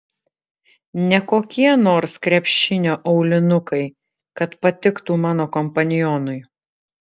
ne kokie nors krepšinio aulinukai kad patiktų mano kompanionui